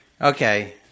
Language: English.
Okay